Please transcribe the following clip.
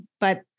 but-